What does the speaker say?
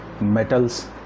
metals